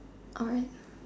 alright